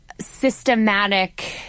systematic